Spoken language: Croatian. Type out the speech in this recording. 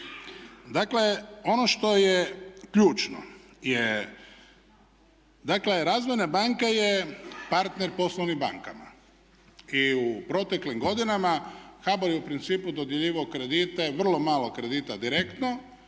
Dakle, ono što je ključno je, dakle Razvojna banka je partner poslovnim bankama i u proteklim godinama HBOR je u principu dodjeljivao kredite, vrlo malo kredita direktno.